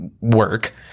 work